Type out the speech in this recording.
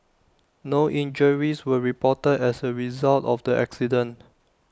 no injuries were reported as A result of the accident